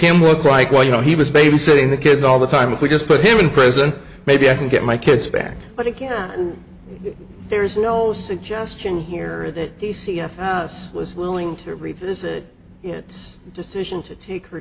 him look like well you know he was babysitting the kids all the time if we just put him in prison maybe i can get my kids back but again there's no suggestion here that the c f was willing to revisit its decision to take her